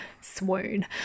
swoon